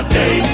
day